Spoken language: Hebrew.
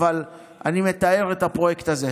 אבל אני מתאר את הפרויקט הזה.